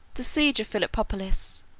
the siege of philippopolis,